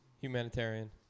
Humanitarian